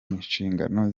nshingano